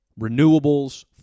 renewables